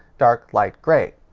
dark light grey.